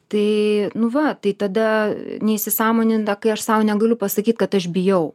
tai nu va tai tada neįsisąmoninta kai aš sau negaliu pasakyt kad aš bijau